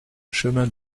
chemin